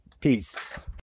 Peace